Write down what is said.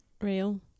real